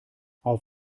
auf